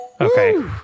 Okay